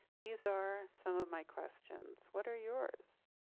these are some of my questions. what are yours?